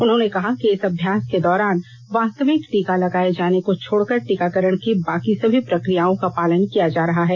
उन्होंने कहा कि इस अभ्यास के दौरान वास्तविक टीका लगाये जाने को छोड़कर टीकाकरण की बाकी सभी प्रक्रियाओं का पालन किया जा रहा है